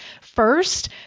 first